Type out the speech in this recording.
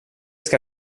ska